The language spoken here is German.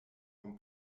vom